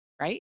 right